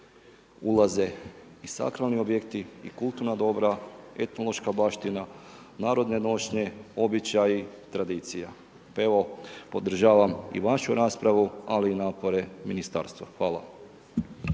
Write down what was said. ulaze i sakralni objekti i kulturna dobra, etnološka baština, narodne nošnje, običaji, tradicija. Pa evo podržavam i vašu raspravu ali i napore ministarstva, hvala.